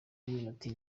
iminota